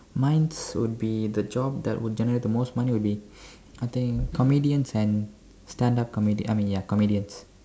mine's would be the job that would generate the most money would be I think comedians and stand up comedians I mean ya comedians